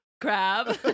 crab